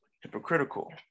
hypocritical